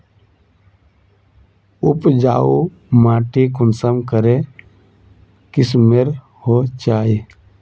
उपजाऊ माटी कुंसम करे किस्मेर होचए?